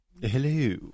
hello